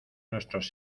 nuestros